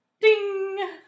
ding